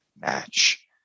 match